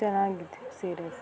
ಚೆನ್ನಾಗಿದೆ ಸೀರೆ